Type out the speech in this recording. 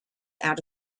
out